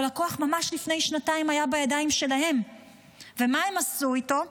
אבל הכוח ממש לפני שנתיים היה בידיים שלהם ומה הם עשו איתו?